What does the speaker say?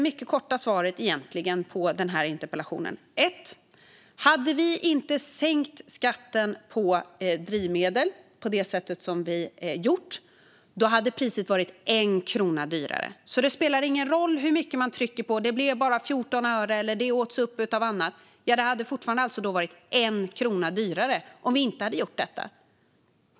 Det korta svaret på interpellationen är egentligen: Hade vi inte sänkt skatten på drivmedel på det sätt som vi gjorde hade de varit 1 krona dyrare. Det spelar ingen roll hur mycket man än säger att det bara blev 14 öre eller att sänkningen åts upp av annat - drivmedlen hade likafullt varit 1 krona dyrare om vi inte hade gjort detta.